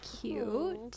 cute